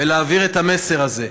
ולהבהיר את המסר הזה,